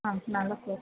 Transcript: ಆಂ ನಾಲ್ಕು